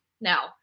now